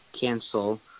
cancel